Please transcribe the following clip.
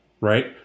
right